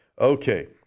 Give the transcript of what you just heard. Okay